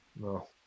No